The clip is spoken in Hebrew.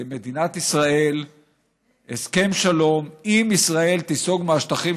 למדינת ישראל הסכם שלום אם ישראל תיסוג מהשטחים